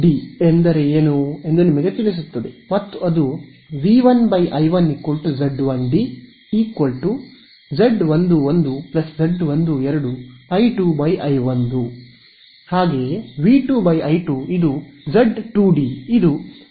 D ಎಂದರೆ ಏನು ಎಂದು ನಿಮಗೆ ತಿಳಿಸುತ್ತದೆ ಮತ್ತು ಅದು V1 I1 Z1d Z11 Z12 I2 I1 V2 I2 Z2d Z21 I1 I2 Z22 ಗೆ ಸಮಾನವಾಗಿರುತ್ತದೆ